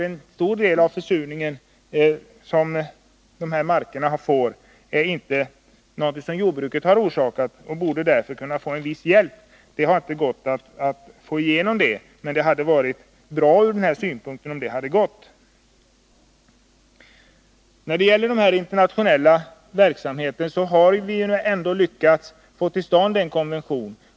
En stor del av försurningen i markerna har ju inte orsakats av jordbruket, och jordbrukarna borde därför kunna få en viss hjälp. Det har inte gått att få igenom detta förslag. Jag beklagar det eftersom det — från denna synpunkt — hade varit bra. I den internationella verksamheten har vi lyckats få till stånd en konvention.